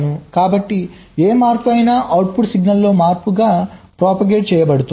కాబట్టి ఏ మార్పు అయినా అవుట్పుట్లో సిగ్నల్ మార్పుగా ప్రొపాగేట్ చేయబడుతుంది